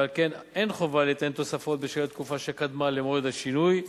ועל כן אין חובה ליתן תוספות בשל התקופה שקדמה למועד השינוי,